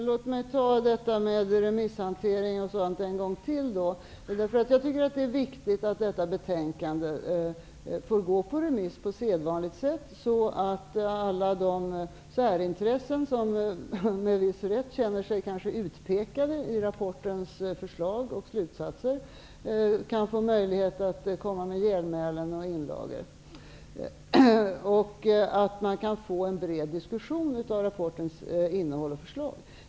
Herr talman! Låt mig ta remisshanteringen en gång till. Jag tycker att det är viktigt att detta betänkande får gå på remiss på sedvanligt sätt, så att alla de särintressen som med viss rätt kanske känner sig utpekade i rapportens förslag och slutsatser kan få möjlighet att komma med genmälen och inlagor och att man kan få en bred diskussion om rapportens innehåll och förslag.